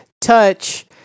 Touch